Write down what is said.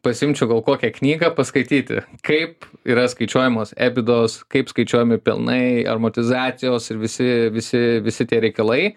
pasiimčiau gal kokią knygą paskaityti kaip yra skaičiuojamos ebidos kaip skaičiuojami pelnai amortizacijos ir visi visi visi tie reikalai